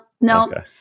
no